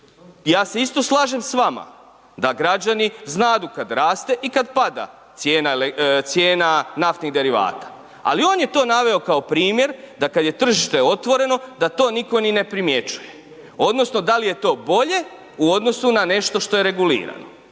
Ja se isto slažem s vama da građani znadu kad raste cijena naftnih derivata ali on je to naveo kao primjer da kad je tržište otvoreno, da to nitko ni ne primjećuje odnosno da li je to bolje u odnosu na nešto što je regulirano